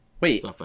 wait